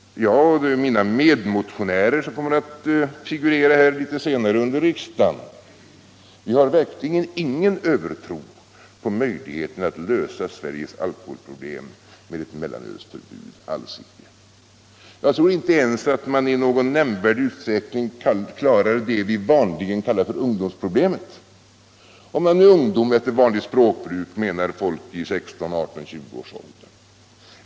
Jag och mina medmotionärer, som kommer att figurera här litet senare under riksdagen, har verkligen ingen övertro på möjligheterna att lösa Sveriges alkoholproblem med ett mellanölsförbud — alls inte! Jag tror inte ens att man i någon nämnvärd utsträckning kan klara det vi vanligen kallar ungdomsproblemet — om man med ungdom efter vanligt språkbruk menar folk i 16-18-20-årsålder.